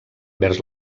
vers